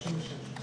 אין שום כוונה,